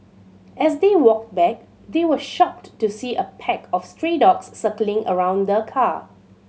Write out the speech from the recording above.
as they walked back they were shocked to see a pack of stray dogs circling around the car